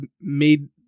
made